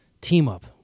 team-up